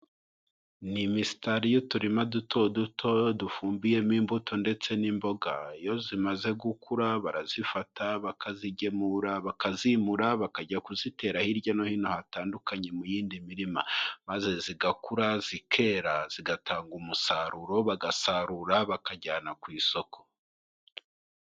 Ni imisitari y'uturima duto duto dufumbiyemo imbuto, ndetse n'imboga. Iyo zimaze gukura barazifata bakazigemura bakazimura, bakajya kuzitera hirya no hino hatandukanye mu yindi mirima, maze zigakura zikera zigatanga umusaruro, bagasarura bakajyana ku isoko.